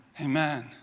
Amen